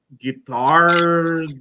guitar